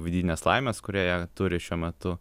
vidinės laimės kurie ją turi šiuo metu